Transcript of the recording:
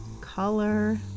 color